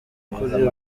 kuri